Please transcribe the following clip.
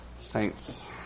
saints